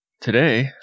today